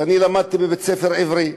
ואני למדתי בבית-ספר עברי.